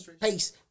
pace